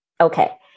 okay